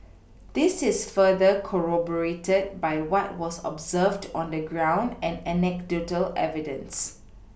this is further corroborated by what was observed on the ground and anecdotal evidence